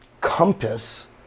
compass